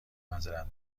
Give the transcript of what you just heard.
معذرت